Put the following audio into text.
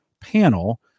panel